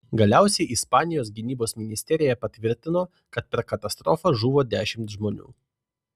galiausiai ispanijos gynybos ministerija patvirtino kad per katastrofą žuvo dešimt žmonių